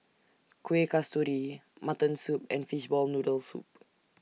Kuih Kasturi Mutton Soup and Fishball Noodle Soup